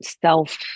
self